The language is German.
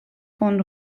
von